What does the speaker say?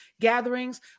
gatherings